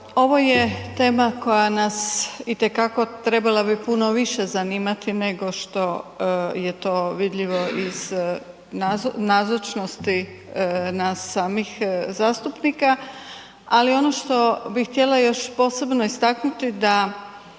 ovo je tema koja nas i te kako trebala bi puno više zanimati nego što je to vidljivo iz nazočnosti nas samih zastupnika, ali ono što bih htjela još posebno istaknuti da